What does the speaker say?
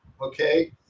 okay